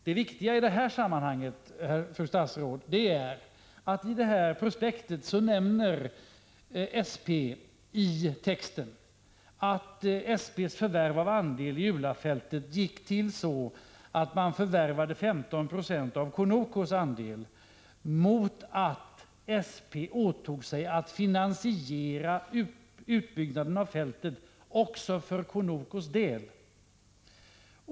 Det viktiga i detta sammanhang är dock, fru statsråd, att SP i detta prospekt nämner att SP:s förvärv av andel i Ula-fältet gick till så att man förvärvade 15 96 av Conocos andel mot att SP åtog sig att finansiera utbyggnaden av fältet också för Conocos del.